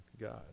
God